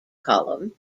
column